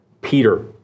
Peter